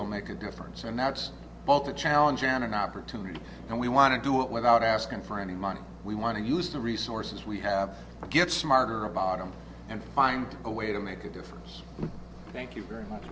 will make a difference and that's all the challenge and an opportunity and we want to do it without asking for any money we want to use the resources we have to get smarter about them and find a way to make a difference thank you very much